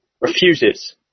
refuses